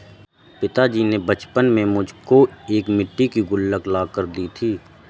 पिताजी ने बचपन में मुझको एक मिट्टी की गुल्लक ला कर दी थी